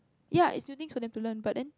ya is new things for them to learn but then